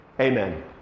Amen